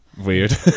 Weird